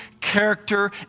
character